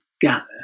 gather